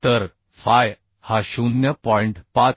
तर फाय हा 0